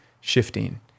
shifting